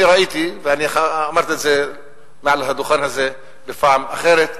אני ראיתי, ואמרתי את זה מעל הדוכן הזה בפעם אחרת,